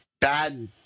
bad